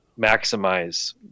maximize